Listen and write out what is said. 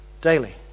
daily